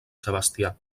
sebastià